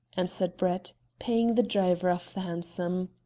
answered brett, paying the driver of the hansom.